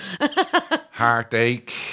heartache